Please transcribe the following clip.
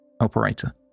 Operator